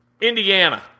Indiana